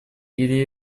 или